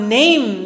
name